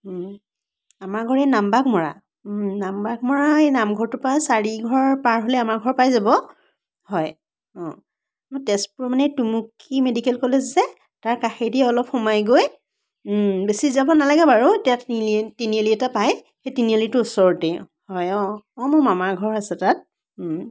আমাৰ ঘৰ এই নাম বাঘমৰা নাম বাঘমৰা এই নামঘৰটোৰ পৰা চাৰিঘৰ পাৰ হ'লে আমাৰ ঘৰ পাই যাব হয় অঁ মই তেজপুৰ মানে এই টুমুকি মেডিকেল কলেজ যে তাৰ কাষেদি অলপ সোমাই গৈ বেছি যাব নালাগে বাৰু তাত তিনি তিনিআলি এটা পায় সেই তিনিআলিটোৰ ওচৰতেই হয় অঁ অঁ মোৰ মামাৰ ঘৰ আছে তাত